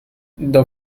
the